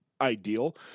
ideal